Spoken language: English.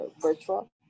virtual